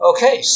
Okay